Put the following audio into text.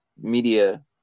media